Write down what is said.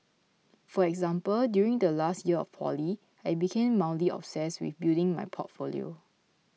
for example during the last year of poly I became mildly obsessed with building my portfolio